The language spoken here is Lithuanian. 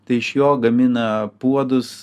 tai iš jo gamina puodus